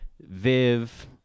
Viv